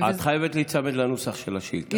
את חייבת להיצמד לנוסח של השאילתה.